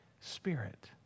Spirit